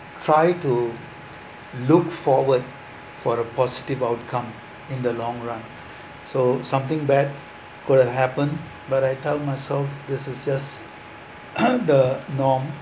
try to look forward for a positive outcome in the long run so something bad could have happen but I tell myself this is just the norm